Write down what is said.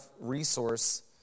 resource